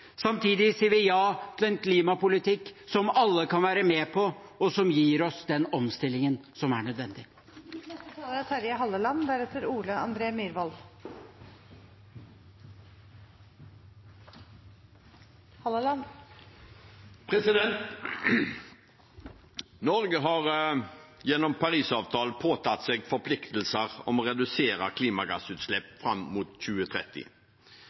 Samtidig sier vi ja til en klimapolitikk som alle kan være med på, og som gir oss den omstillingen som er nødvendig. Norge har gjennom Parisavtalen påtatt seg forpliktelser om å redusere klimagassutslipp fram mot 2030.